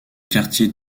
quartier